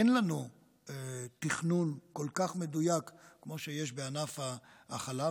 אין לנו תכנון כל כך מדויק כמו שיש בענף החלב,